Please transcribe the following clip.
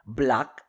black